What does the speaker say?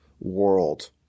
world